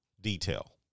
detail